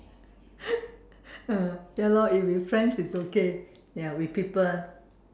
ah ya lor if with friends it's okay ya with people